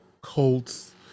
colts